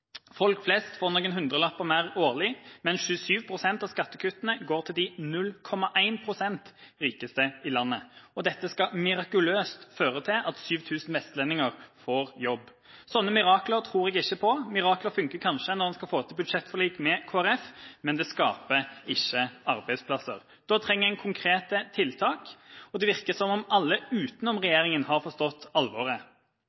Folk flest får noen hundrelapper mer årlig, mens 27 pst. av skattekuttene går til de 0,1 pst. rikeste i landet. Dette skal mirakuløst føre til at 7 000 vestlendinger får jobb. Slike mirakler tror jeg ikke på. Mirakler fungerer kanskje når en skal få til budsjettforlik med Kristelig Folkeparti, men det skaper ikke arbeidsplasser. Da trenger en konkrete tiltak, og det virker som om alle utenom